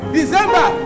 December